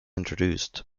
introduced